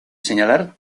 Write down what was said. señalar